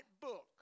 book